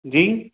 जी